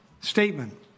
statement